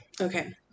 Okay